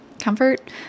Comfort